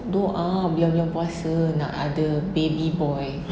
doa bulan-bulan puasa nak ada baby boy